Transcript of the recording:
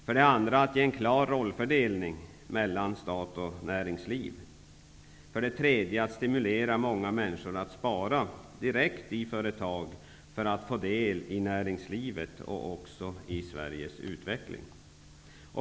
För det andra vill regeringen ge en klar rollfördelning mellan stat och näringsliv. För det tredje vill regeringen stimulera många människor att spara direkt i företag för att få del i näringslivet -- och därmed i utvecklingen av Sverige.